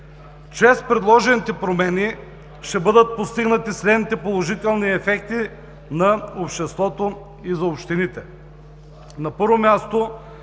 Чрез предложените промени ще бъдат постигнати следните положителни ефекти за обществото и общините.